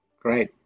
Great